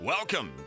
Welcome